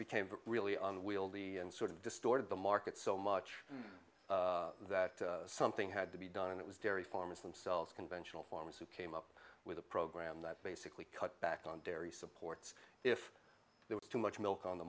became really unwieldy and sort of distorted the market so much that something had to be done and it was dairy farmers themselves conventional farmers who came up with a program that basically cut back on dairy supports if there was too much milk on the